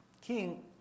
King